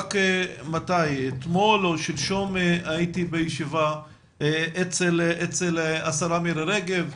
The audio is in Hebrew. רק שלשום הייתי בישיבה אצל השרה מירי רגב.